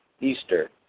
Easter